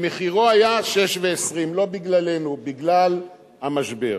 שמחירו היה 6.20 לא בגללנו, בגלל המשבר.